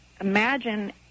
imagine